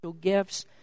gifts